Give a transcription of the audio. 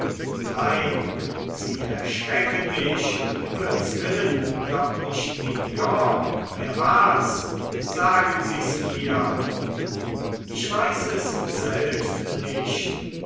nein sie erschrecken mich um s himmels willen doch nicht mignon wer war's sagen sie mir's ich weiß es selbst nicht